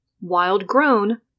wild-grown